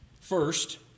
First